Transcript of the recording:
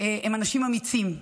הם אנשים אמיצים,